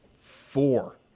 Four